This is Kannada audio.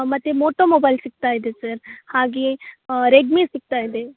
ಮತ್ತು ಮೋಟೋ ಮೊಬೈಲ್ ಸಿಕ್ತಾಯಿದೆ ಸರ್ ಹಾಗೇ ರೆಡ್ಮಿ ಸಿಕ್ತಾಯಿದೆ